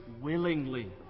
willingly